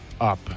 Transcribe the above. up